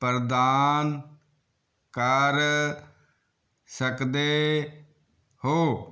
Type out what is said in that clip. ਪ੍ਰਦਾਨ ਕਰ ਸਕਦੇ ਹੋ